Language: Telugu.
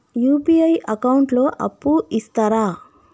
యూ.పీ.ఐ అకౌంట్ లో అప్పు ఇస్తరా?